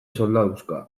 soldaduska